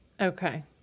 Okay